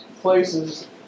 places